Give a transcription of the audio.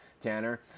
Tanner